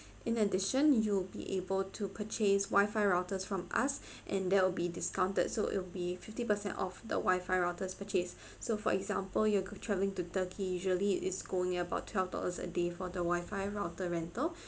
in addition you'll be able to purchase wifi routers from us and that will be discounted so it'll be fifty percent off the wifi routers purchase so for example you could travelling to turkey usually is go near about twelve dollars a day for the wifi router rental